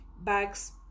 bags